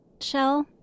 Shell